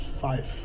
five